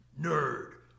Nerd